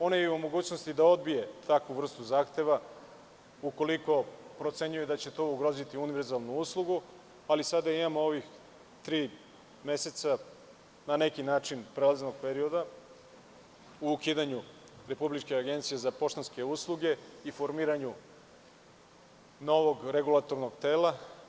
Ona je i u mogućnosti da odbije takvu vrstu zahteva ukoliko procenjuju da će to ugroziti univerzalnu uslugu, ali sada imamo ovih tri meseca na neki način prolaznog perioda u ukidanju Republičke agencije za poštanske usluge i formiranju novog regulatornog tela.